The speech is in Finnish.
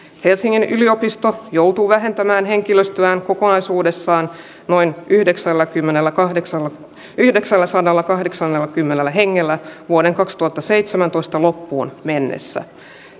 helsingin yliopisto joutuu vähentämään henkilöstöään kokonaisuudessaan noin yhdeksälläsadallakahdeksallakymmenellä yhdeksälläsadallakahdeksallakymmenellä hengellä vuoden kaksituhattaseitsemäntoista loppuun mennessä